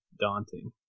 daunting